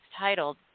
titled